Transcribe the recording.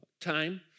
time